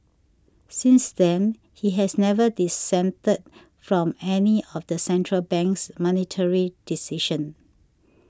since then he has never dissented from any of the central bank's monetary decisions